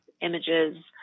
images